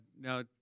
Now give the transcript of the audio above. now